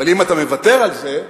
אבל אם אתה מוותר על זה,